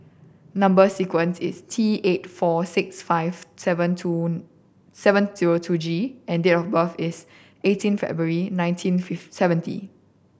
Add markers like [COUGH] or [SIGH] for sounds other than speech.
number sequence is T eight four six five seven two seven zero two G and date of birth is eighteen February nineteen [UNINTELLIGIBLE] seventy